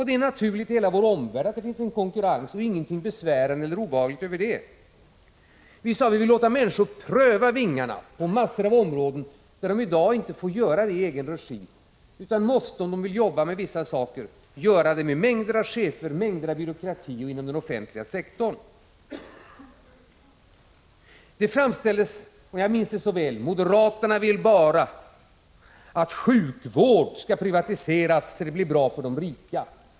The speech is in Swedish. Det är naturligt i hela vår omvärld att det finns en konkurrens; det är ingenting besvärande eller obehagligt över det. Vi sade att vi vill låta människor pröva vingarna på massor av områden där de i dag inte får göra det i egen regi utan måste, om de vill jobba med vissa saker, göra det med mängder av chefer, mängder av byråkrati och inom den offentliga sektorn. Detta framställdes så här — jag minns det så väl: Moderaterna vill bara att sjukvården skall privatiseras, så att det blir bra för de rika.